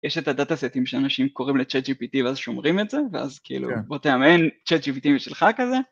יש את הדאטה סטים שאנשים קוראים לצ'אט ג'י פי טי ואז שומרים את זה ואז כאילו בוא תאמן צ'אט ג'י פי טי משלך כזה